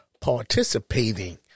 participating